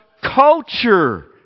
culture